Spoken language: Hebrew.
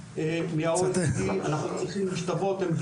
אנחנו לא צריכים להשתוות למדינות --- ב-OECD.